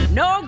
no